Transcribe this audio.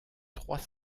trois